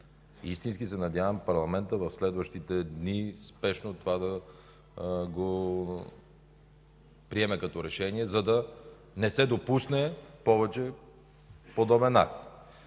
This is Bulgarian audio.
Истински се надявам Парламентът в следващите дни спешно да приеме това решение, за да не се допусне повече подобен акт.